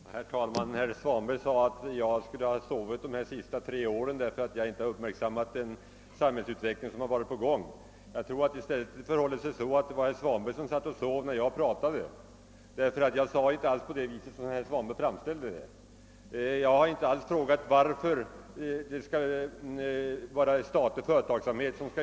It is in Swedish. Herr talman! Herr Svanberg sade att jag måste ha sovit under de tre senaste åren, om jag inte har uppmärksammat den samhällsutveckling som varit på gång, men det är väl i stället herr Svanberg som har suttit och sovit när jag talade. Jag sade nämligen inte alls så som herr Svanberg framställde det. Jag har inte frågat varför vi skall utveckla den statliga företagsamheten.